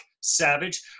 Savage